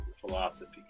philosophy